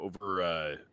over